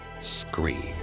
Scream